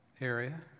area